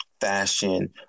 fashion